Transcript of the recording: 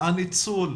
הניצול,